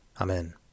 Amen